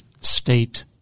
state